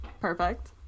Perfect